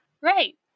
right